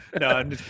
No